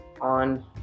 on